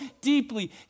deeply